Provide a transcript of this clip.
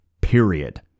Period